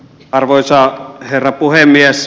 arvoisa herra puhemies